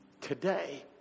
Today